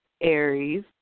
Aries